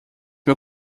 meu